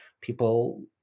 people